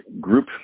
group